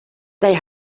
they